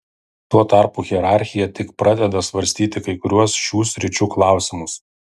tuo tarpu hierarchija tik pradeda svarstyti kai kuriuos šių sričių klausimus